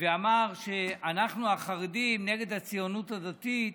ואמר שאנחנו החרדים נגד הציונות הדתית.